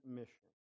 mission